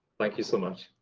like you so much!